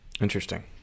Interesting